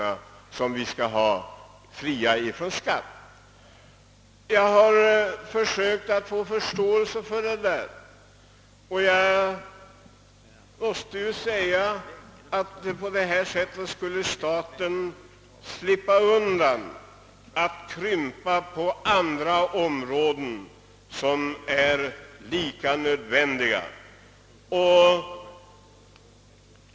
På detta sätt skulle staten slippa krympa utgifterna på andra områden, där insatser kan behövas lika väl som på u-landsområdet.